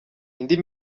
indi